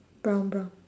brown brown